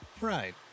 Right